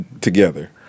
together